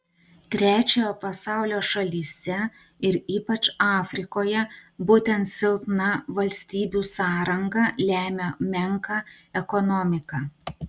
trečiojo pasaulio šalyse ir ypač afrikoje būtent silpna valstybių sąranga lemia menką ekonomiką